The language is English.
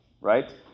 right